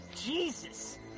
Jesus